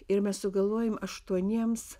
ir mes sugalvojom aštuoniems